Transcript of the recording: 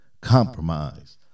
compromise